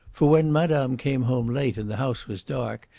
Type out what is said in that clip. for when madame came home late and the house was dark,